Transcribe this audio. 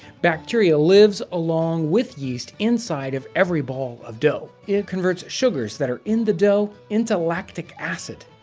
bacteria lives along with yeast inside of every ball of dough. it converts sugars that are in the dough into lactic acid,